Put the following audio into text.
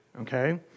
okay